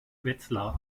wetzlar